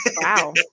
Wow